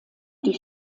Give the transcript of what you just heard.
die